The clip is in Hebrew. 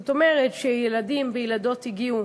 זאת אומרת, ילדים וילדות הגיעו,